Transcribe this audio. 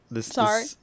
Sorry